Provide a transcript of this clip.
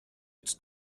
its